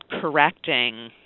correcting